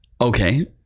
Okay